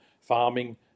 farming